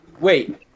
Wait